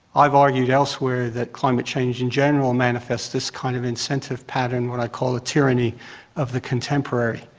i have argued elsewhere that climate change in general manifests this kind of incentive pattern, what i call a tyranny of the contemporary,